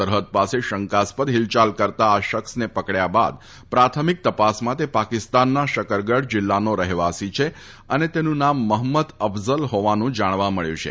સરફદ પાસે શંકાસ્પદ ફિલચાલ કરતા આ શખ્સને પકડ્યા બાદ પ્રાથમિક તપાસમાં તે પાકિસ્તાનનાં શકરગઢ જિલ્લાનો રહેવાસી છે અને તેનું નામ મહંમદ અફઝલ હોવાનું જાણવા મળ્યું છે